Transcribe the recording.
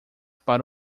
para